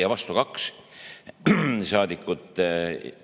ja vastu 2. Saadikute